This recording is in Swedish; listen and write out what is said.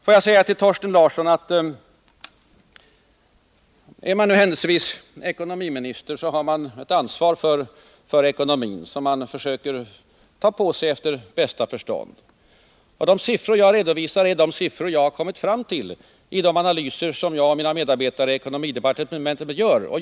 Får jag säga till Thorsten Larsson att är man ekonomiminister har man ett ansvar för ekonomin som man måste försöka bära efter bästa förstånd. De siffror jag redovisar är de siffror jag har kommit fram till i de analyser som jag och mina medarbetare i ekonomidepartementet gör.